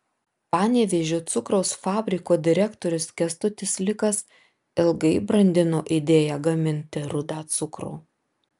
panevėžio cukraus fabriko direktorius kęstutis likas ilgai brandino idėją gaminti rudą cukrų